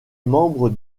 membre